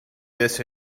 this